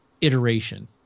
iteration